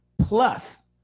Plus